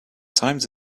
times